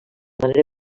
manera